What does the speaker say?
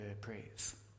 praise